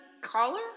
collar